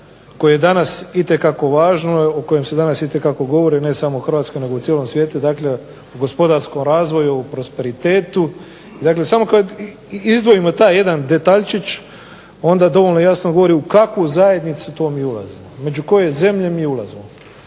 koje je danas itekako važno o kojem se danas itekako govori, ne samo u Hrvatskoj nego u cijelom svijetu dakle gospodarskom razvoju, prosperitetu, dakle samo kada izdvojimo taj jedan detaljčić onda dovoljno jasno govori u kakvu zajednicu to mi ulazimo, među koje zemlje mi to ulazimo.